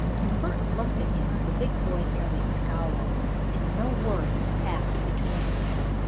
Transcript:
when bert looked at him the big boy merely scowled, and no words passed between the pair.